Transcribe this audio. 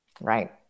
right